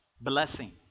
blessing